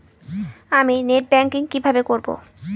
আমি net banking কিভাবে করব?